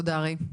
תודה ריי.